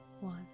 one